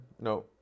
No